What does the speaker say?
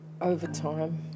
overtime